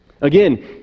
Again